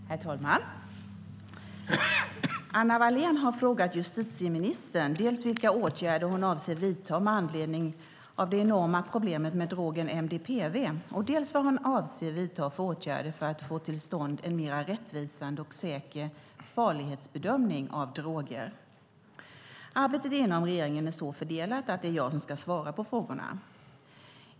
Herr talman! Anna Wallén har frågat justitieministern dels vilka åtgärder hon avser att vidta med anledning av det enorma problemet med drogen MDPV, dels vad hon avser att vidta för åtgärder för att få till stånd en mer rättvisande och säker farlighetsbedömning av droger. Arbetet inom regeringen är så fördelat att det är jag som ska svara på frågorna.